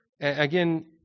Again